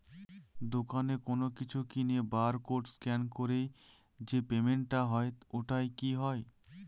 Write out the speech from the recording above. দোকানে কোনো কিছু কিনে বার কোড স্ক্যান করে যে পেমেন্ট টা হয় ওইটাও কি হয়?